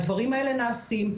הדברים האלה נעשים,